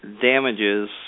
Damages